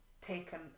taken